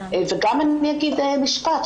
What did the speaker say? אני אגיד גם משפט,